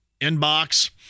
inbox